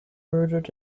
murdered